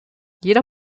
jeder